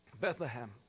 Bethlehem